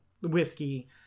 whiskey